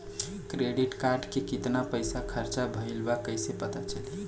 Credit card के कितना पइसा खर्चा भईल बा कैसे पता चली?